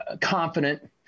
confident